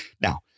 Now